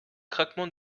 craquement